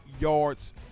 yards